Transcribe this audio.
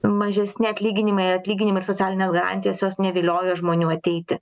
mažesni atlyginimai atlyginimai ir socialinės garantijos jos neviliojo žmonių ateiti